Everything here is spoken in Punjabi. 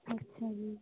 ਅੱਛਾ ਜੀ